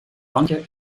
bankje